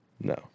No